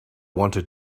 wanted